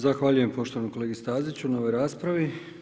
Zahvaljujem poštovanom kolegi Staziću na ovoj raspravi.